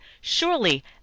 surely